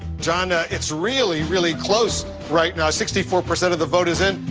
john, it's really, really close right now. sixty four percent of the vote is in.